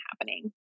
happening